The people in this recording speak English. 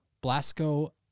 Blasco